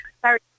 Sorry